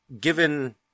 given